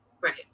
right